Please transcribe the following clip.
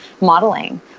modeling